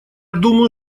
думаю